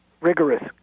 rigorous